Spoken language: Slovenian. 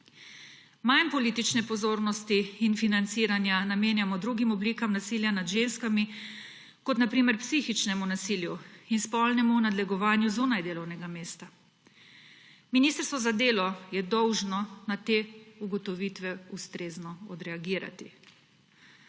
Manj politične pozornosti in financiranja namenjamo drugim oblikam nasilja nad ženskami, na primer psihičnemu nasilju in spolnemu nadlegovanju zunaj delovnega mesta. Ministrstvo za delo je dolžno na te ugotovitve ustrezno odreagirati.